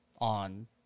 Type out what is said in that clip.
on